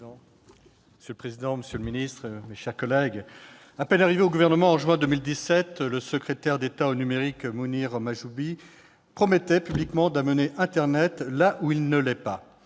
Monsieur le président, monsieur le secrétaire d'État, mes chers collègues, à peine arrivé au gouvernement en juin 2017, le secrétaire d'État chargé du numérique, Mounir Mahjoubi, promettait publiquement d'« amener internet là où il ne l'est pas